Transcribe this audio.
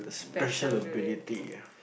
special ability